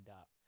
up